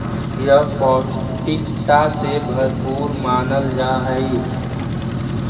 यह पौष्टिकता से भरपूर मानल जा हई